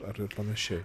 ar ir panašiai